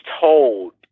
told